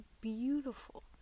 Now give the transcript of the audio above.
beautiful